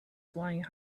flying